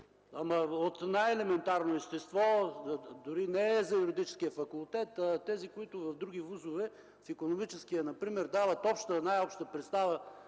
ама от най-елементарно естество, дори не за Юридическия факултет, а тези, които в други ВУЗ-ове, в Икономическия например, дават най-обща представа